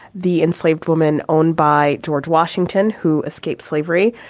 the enslaved woman owned by george washington who escaped slavery.